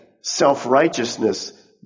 self-righteousness